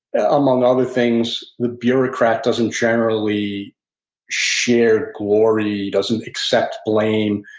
among other things, the bureaucrat doesn't generally share glory, doesn't accept blame.